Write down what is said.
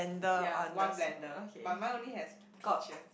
ya one blender but mine only has peaches